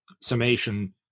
summation